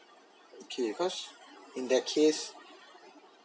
okay cause in that case